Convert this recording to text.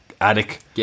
attic